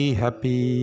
happy